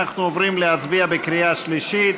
אנחנו עוברים להצביע בקריאה שלישית.